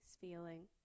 feeling